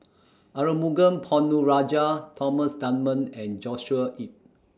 Arumugam Ponnu Rajah Thomas Dunman and Joshua Ip